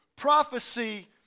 prophecy